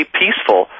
peaceful